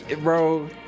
bro